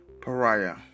Pariah